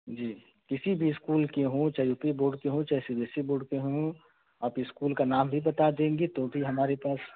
जी किसी भी इस्कूल के हों चाहे यू पी बोर्ड के हों चाहे C B S C board के हों आप इस्कूल का नाम भी बता देंगी तो भी हमारे पास